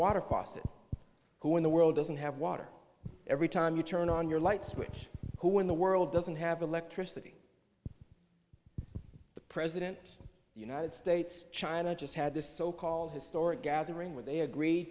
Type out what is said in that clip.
who in the world doesn't have water every time you turn on your light switch who in the world doesn't have electricity the president united states china just had this so called historic gathering where they agreed